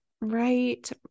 Right